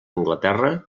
anglaterra